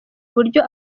uburyo